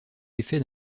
l’effet